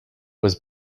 was